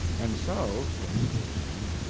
and so, writes orion,